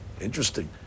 Interesting